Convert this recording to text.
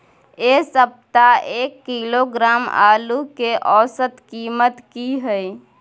ऐ सप्ताह एक किलोग्राम आलू के औसत कीमत कि हय?